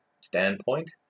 standpoint